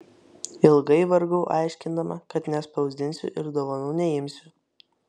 ilgai vargau aiškindama kad nespausdinsiu ir dovanų neimsiu